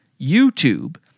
YouTube